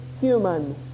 human